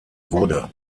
wurde